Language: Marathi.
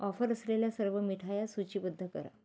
ऑफर असलेल्या सर्व मिठाया सूचीबद्ध करा